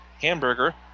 Hamburger